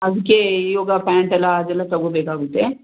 ಅದಕ್ಕೆ ಯೋಗ ಪ್ಯಾಂಟೆಲ್ಲ ಅದೆಲ್ಲ ತಗೋಬೇಕಾಗುತ್ತೆ